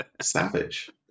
Savage